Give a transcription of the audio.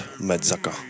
Medzaka